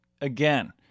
again